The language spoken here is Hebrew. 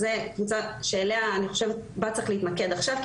לדעתי זו הקבוצה שבה צריך להתמקד עכשיו,